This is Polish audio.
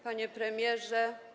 Panie Premierze!